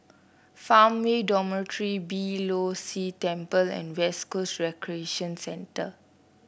Farmway Dormitory Beeh Low See Temple and West Coast Recreation Centre